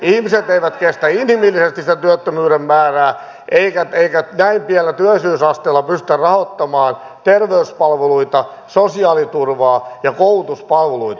ihmiset eivät kestä inhimillisesti sitä työttömyyden määrää eikä näin pienellä työllisyysasteella pystytä rahoittamaan terveyspalveluita sosiaaliturvaa ja koulutuspalveluita